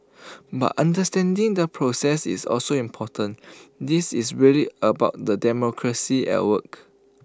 but understanding the process is also important this is really about the democracy at work